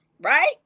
right